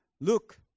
Look